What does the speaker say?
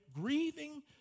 grieving